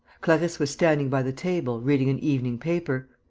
clarisse was standing by the table, reading an evening-paper.